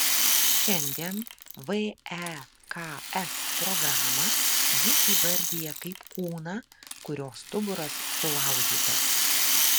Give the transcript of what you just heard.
šiandien veks programą ji įvardija kaip kūną kurio stuburas sulaužytas